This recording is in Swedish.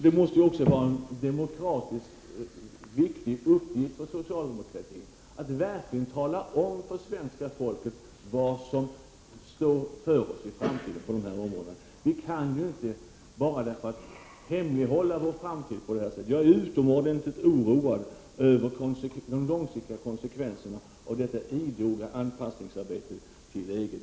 Det måste också vara en demokratiskt viktig uppgift för socialdemokratin att verkligen tala om för svenska folket vad som står inför oss i framtiden i dessa frågor. Vi kan ju inte hemlighålla vår framtid. Jag är utomordentligt oroad över de långsiktiga konsekvenserna av detta idoga anpassningsarbete till EG.